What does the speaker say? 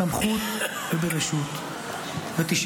בסמכות וברשות -- מה קשור?